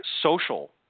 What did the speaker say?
social